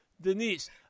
Denise